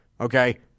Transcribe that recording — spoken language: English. okay